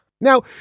Now